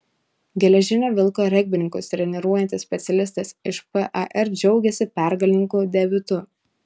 geležinio vilko regbininkus treniruojantis specialistas iš par džiaugiasi pergalingu debiutu